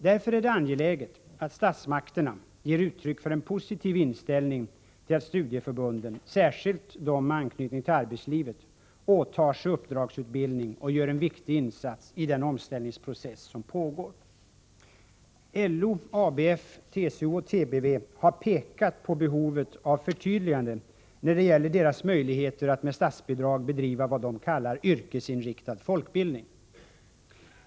Därför är det angeläget att statsmakterna ger uttryck för en positiv inställning till att studieförbunden — särskilt de med anknytning till arbetslivet — åtar sig uppdragsutbildning och gör en viktig insats i den omställningsprocess som pågår. LO, ABF, TCO och TBV har pekat på behovet av förtydligande när det gäller deras möjligheter att med statsbidrag bedriva vad de kallar yrkesinriktad folkbildning.